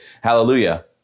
Hallelujah